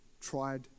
tried